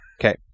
Okay